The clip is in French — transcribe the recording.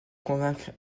convaincre